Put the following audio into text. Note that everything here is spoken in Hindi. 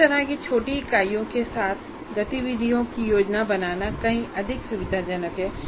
इस तरह की छोटी इकाइयों के साथ गतिविधियों की योजना बनाना कहीं अधिक सुविधाजनक है